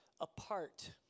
apart